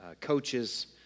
coaches